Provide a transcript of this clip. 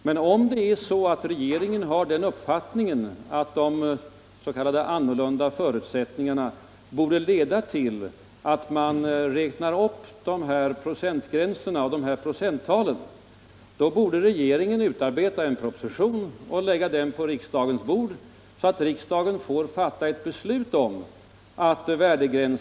Men om regeringen har den uppfattningen, att dessa annorlunda förutsättningar skall leda till att man bör räkna upp procenttalen, då borde regeringen utarbeta en proposition och lägga den på riksdagens bord, så att riksdagen får fatta ett beslut i frågan.